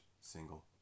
single